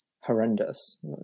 horrendous